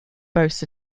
boasts